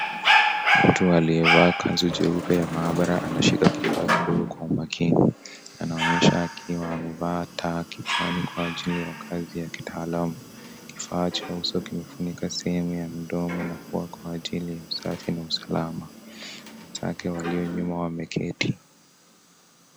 Mtu aliyevaa kanzu jeupe ya maabara anashika kifaa kidogo kwa makini anaonyesha akiwa amevaa taa kichwani kwa ajili ya kazi ya kitaalamu kifaa cha uso kimefunika sehemu ya mdomo na kufuatilia usafi na usalama walio nyuma wameketi.